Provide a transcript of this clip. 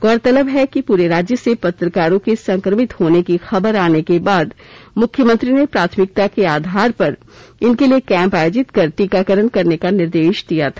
गौरतलब है कि पूरे राज्य से पत्रकारों के संक्रमित होने की खबर आने के बाद मुख्यमंत्री ने प्राथमिकता के आधार पर इनके लिए कैंप आयोजित कर टीकाकरण करने का निर्देश दिया था